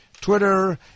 Twitter